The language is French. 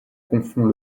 confond